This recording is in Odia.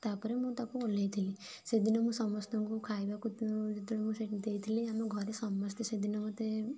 ତାପରେ ମୁଁ ତାକୁ ଓହ୍ଲେଇ ଥିଲି ସେଦିନ ମୁଁ ସମସ୍ତଙ୍କୁ ଖାଇବାକୁ ଯେତେବେଳେ ମୁଁ ସେଠି ଦେଇଥିଲି ଆମ ଘରେ ସମସ୍ତେ ସେଦିନ ମୋତେ